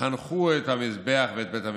חנכו את המזבח ואת בית המקדש.